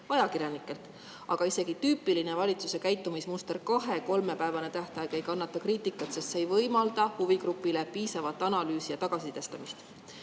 ajakirjanikelt. Aga isegi tüüpiline valitsuse käitumismuster, 2–3-päevane tähtaeg, ei kannata kriitikat, sest see ei võimalda huvigrupil [teha] piisavat analüüsi ja [anda]